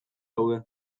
daude